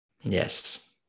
yes